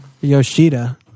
Yoshida